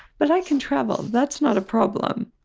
but i can travel that's not a problem.